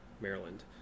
Maryland